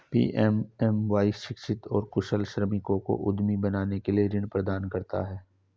PMMY शिक्षित और कुशल श्रमिकों को उद्यमी बनने के लिए ऋण प्रदान करता है